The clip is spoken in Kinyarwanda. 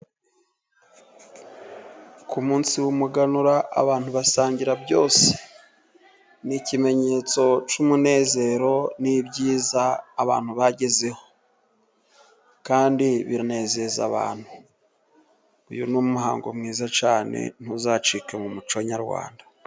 Ku munsi w'umuganura abantu basangira byose. Ni ikimenyetso cy'umunezero n'ibyiza abantu bagezeho. Kandi binezeza abantu. Uyu ni umuhango mwiza cyane ntuzacike mu muco nyarwanda.